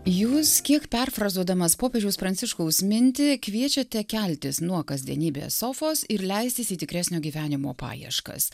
jūs kiek perfrazuodamas popiežiaus pranciškaus mintį kviečiate keltis nuo kasdienybės sofos ir leistis į tikresnio gyvenimo paieškas